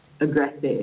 aggressive